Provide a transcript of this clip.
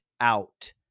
out